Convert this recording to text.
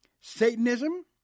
Satanism